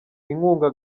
inkunga